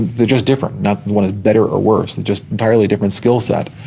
they're just different, not one is better or worse, they're just entirely different skillset,